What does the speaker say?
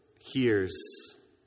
hears